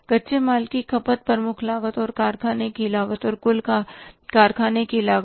कच्चे माल की खपत प्रमुख लागत और कारखाने की लागत और कुल कारखाने की लागत